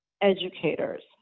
educators